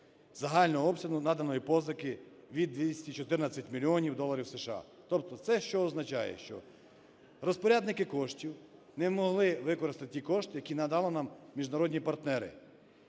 загального обсягу наданої позики від 214 мільйонів доларів США. Тобто це що означає? Що розпорядники коштів не могли використати ті кошти, які надали нам міжнародні партнери.